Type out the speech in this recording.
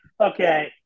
Okay